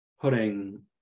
putting